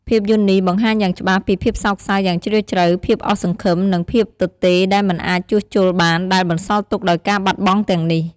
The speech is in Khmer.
ភាពយន្តនេះបង្ហាញយ៉ាងច្បាស់ពីភាពសោកសៅយ៉ាងជ្រាលជ្រៅ ភាពអស់សង្ឃឹម និងភាពទទេរដែលមិនអាចជួសជុលបានដែលបន្សល់ទុកដោយការបាត់បង់ទាំងនេះ។